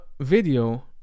video